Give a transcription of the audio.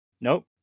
nope